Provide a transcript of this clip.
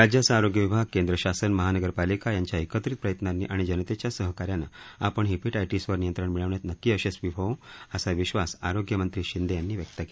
राज्याचा आरोग्य विभाग केंद्र शासन महागरपालिका यांच्या एकत्रित प्रयत्नांनी आणि जनतेच्या सहकार्यानं आपण हिपेटायटिस वर नियंत्रण मिळविण्यात नक्की यशस्वी होऊ असा विश्वास आरोग्यमंत्री शिंदे यांनी व्यक्त केला